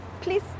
please